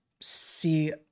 see